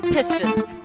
Pistons